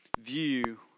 view